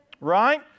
Right